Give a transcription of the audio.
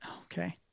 Okay